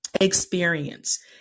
experience